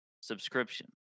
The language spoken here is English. subscription